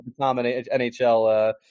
NHL